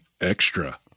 extra